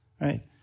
Right